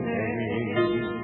name